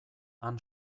han